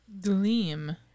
Gleam